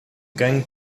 going